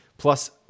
Plus